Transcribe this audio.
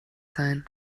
sein